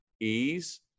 ease